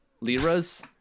Liras